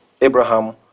Abraham